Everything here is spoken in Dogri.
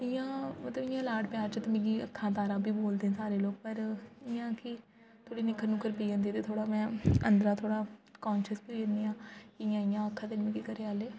इ'यां मतलब इ'यां लाड प्यार च ते मिगी अक्खां तारा बी बोलदे न सारे लोग पर इ'यां कि थोह्ड़ी निक्खर नुक्खर पेई जंदी ते थोह्ड़ा में अंदरा थोह्ड़ा कांशियस बी होई जन्नी आं इ'यां इ'यां आक्खै दे न मिगी घरैआह्ले